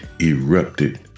erupted